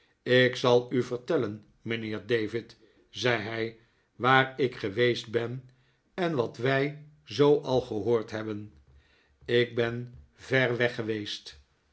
ik zal u vertellen mijnheer david zei hij waar ik geweest ben en wat wij zoo al gehoord hebben ik ben ver